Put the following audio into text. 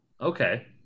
Okay